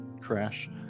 crash